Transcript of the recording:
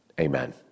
Amen